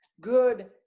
Good